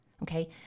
Okay